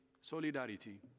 solidarity